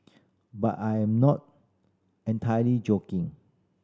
but I am not entirely joking